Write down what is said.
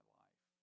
life